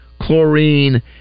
chlorine